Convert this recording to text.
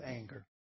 anger